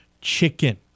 Chicken